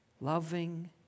loving